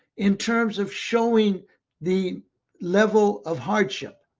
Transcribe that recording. in terms of showing the level of hardship,